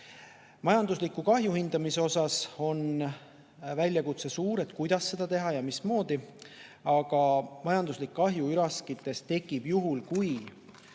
Majandusliku kahju hindamise osas on väljakutse suur, et kuidas seda teha ja mismoodi. Aga majanduslik kahju üraskitest tekib juhul, kui